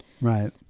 Right